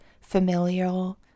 familial